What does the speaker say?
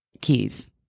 keys